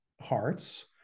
hearts